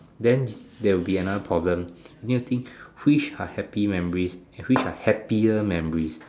then there'll be another problem you need to think which are happy memories and which are happier memories